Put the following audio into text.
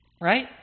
Right